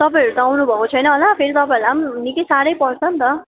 तपाईँहरू त आउनु भएको छैन होला फेरि तपाईँलाई आउनु निकै साह्रो पर्छ नि त